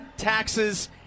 taxes